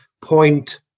point